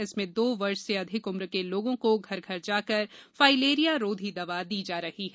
इसमें दो वर्ष से अधिक उम्र के लोगों को घर घर जाकर फाईलेरिया रोधी दवा दी जा रही है